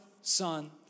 Son